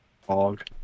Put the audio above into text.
Fog